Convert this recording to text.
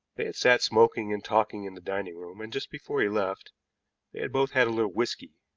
they had sat smoking and talking in the dining room, and just before he left they had both had a little whisky.